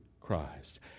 Christ